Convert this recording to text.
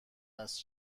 است